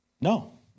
No